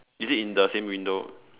is it in the same window